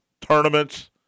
tournaments